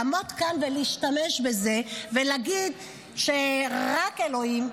לעמוד כאן ולהשתמש בזה ולהגיד שרק אלוהים,